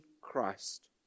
Christ